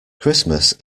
christmas